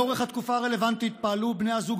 לאורך התקופה הרלוונטית פעלו בני הזוג